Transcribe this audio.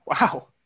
Wow